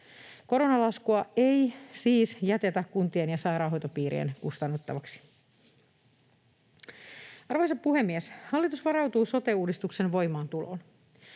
Koronalaskua ei siis jätetä kuntien ja sairaanhoitopiirien kustannettavaksi. Arvoisa puhemies! Hallitus varautuu sote-uudistuksen voimaantuloon.